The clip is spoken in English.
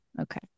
okay